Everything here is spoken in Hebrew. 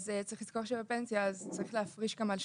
לצו ההרחבה בענף